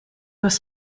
was